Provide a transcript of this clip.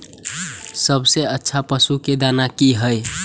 सबसे अच्छा पशु के दाना की हय?